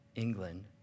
England